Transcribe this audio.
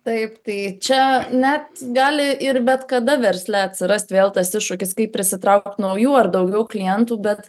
taip tai čia net gali ir bet kada versle atsirast vėl tas iššūkis kaip prisitraukt naujų ar daugiau klientų bet